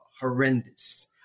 horrendous